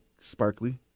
sparkly